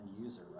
user